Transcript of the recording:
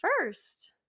first